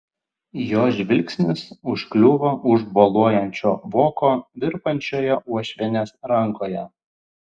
jo žvilgsnis užkliuvo už boluojančio voko virpančioje uošvienės rankoje